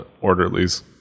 orderlies